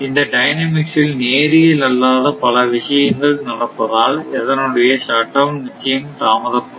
இந்த டைனமிக்ஸ் இல் நேரியல் அல்லாத பல விஷயங்கள் நடப்பதால் இதனுடைய ஷட்டவுன் நிச்சயம் தாமதப்படும்